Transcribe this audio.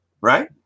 Right